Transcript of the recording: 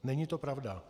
Není to pravda.